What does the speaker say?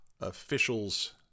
officials